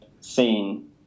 seen